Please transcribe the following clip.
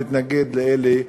ולהתנגד לאלה,